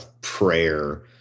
prayer